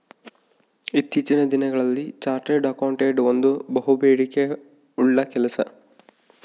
ಇತ್ತೀಚಿನ ದಿನಗಳಲ್ಲಿ chartered accountant ಒಂದು ಬಹುಬೇಡಿಕೆ ಉಳ್ಳ ಕೆಲಸ